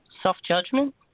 Self-judgment